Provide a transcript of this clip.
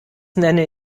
nenne